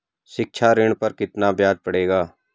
शिक्षा ऋण पर कितना ब्याज पड़ेगा?